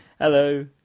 Hello